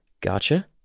Gotcha